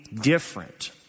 different